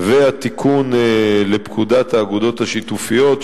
והתיקון לפקודת האגודות השיתופיות,